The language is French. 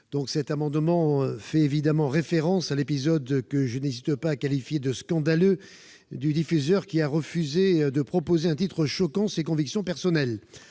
Son auteur fait évidemment référence à l'épisode, que je n'hésiterai pas à qualifier de scandaleux, du diffuseur ayant refusé de proposer un titre qui heurtait ses convictions personnelles.